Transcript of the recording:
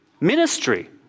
ministry